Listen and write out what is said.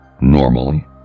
Normally